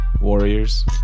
Warriors